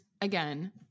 again